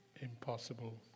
impossible